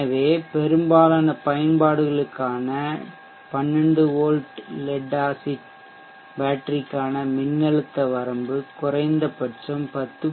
எனவே பெரும்பாலான பயன்பாடுகளுக்கான 12 வி லீட் ஆசிட் பேட்டரிக்கான மின்னழுத்த வரம்பு குறைந்தபட்சம் 10